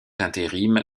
intérim